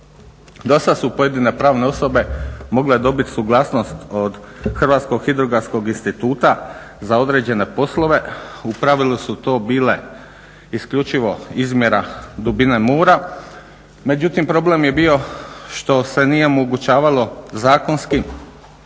Do sad su pojedine pravne osobe mogle dobiti suglasnost od Hrvatskog hidrografskog instituta za određene poslove. U pravilu su to bile isključivo izmjera dubine mora, međutim problem je bilo što se nije omogućavalo zakonski da